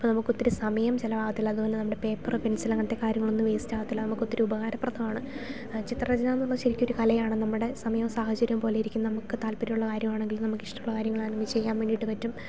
അപ്പം നമുക്കൊത്തിരി സമയം ചിലവാകത്തില്ല അതു പോലെ നമ്മുടെ പേപ്പർ പെൻസിൽ അങ്ങനത്തെ കാര്യങ്ങളൊന്നും വേസ്റ്റാകത്തില്ല നമുക്കൊത്തിരി ഉപകാരപ്രദമാണ് ചിത്രരചനയെന്നുള്ളത് ശരിക്കൊരു കലയാണ് നമ്മുടെ സമയോ സാഹചര്യം പോലിരിക്കും നമുക്ക് താത്പര്യമുള്ള കാര്യമാണെങ്കിൽ നമുക്കിഷ്ടമുള്ള കാര്യങ്ങളാണെങ്കിൽ ചെയ്യുക വേണ്ടിയിട്ട് പറ്റും